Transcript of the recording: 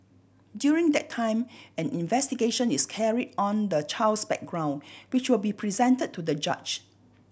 during that time an investigation is carried on the child's background which will be presented to the judge